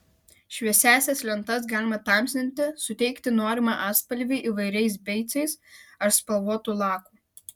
šviesiąsias lentas galima tamsinti suteikti norimą atspalvį įvairiais beicais ar spalvotu laku